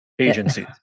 agencies